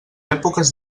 èpoques